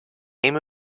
aim